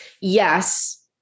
Yes